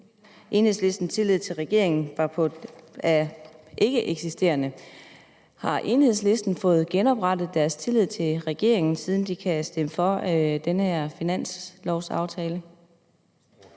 Enhedslistens tillid til regeringen var ikkeeksisterende. Har Enhedslisten fået genoprettet tilliden til regeringen, siden de kan stemme for det her finanslovforslag?